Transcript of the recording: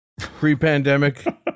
pre-pandemic